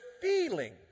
feeling